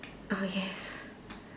oh yes